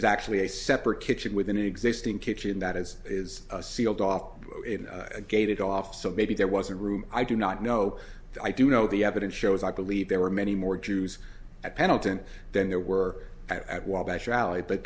is actually a separate kitchen with an existing kitchen that is is a sealed off gated off so maybe there wasn't room i do not know i do know the evidence shows i believe there were many more jews at pendleton than there were at wabash rally but